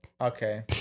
Okay